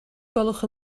gwelwch